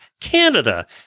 Canada